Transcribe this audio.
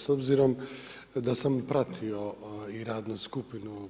S obzirom da sam pratio i radnu skupinu